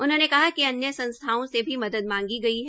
उन्होंने कहा कि अन्य संस्थाओं से भी मदद मांगी गई है